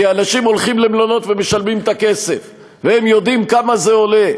כי אנשים הולכים למלונות ומשלמים את הכסף והם יודעים כמה זה עולה.